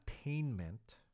attainment